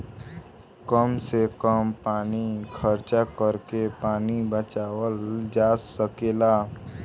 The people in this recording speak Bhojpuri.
कम से कम पानी खर्चा करके पानी बचावल जा सकेला